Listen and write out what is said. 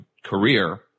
career